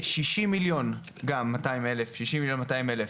שישים מיליון ומאתיים אלף